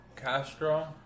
Castro